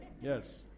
Yes